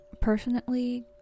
personally